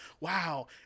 wow